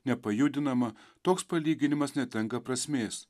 nepajudinama toks palyginimas netenka prasmės